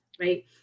right